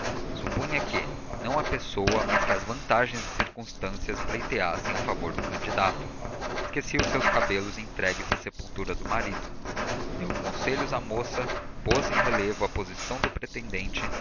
supunha que não a pessoa mas as vantagens e circunstâncias pleiteassem a favor do candidato esquecia os seus cabelos entregues à sepultura do marido deu conselhos à moça pôs em relevo a posição do pretendente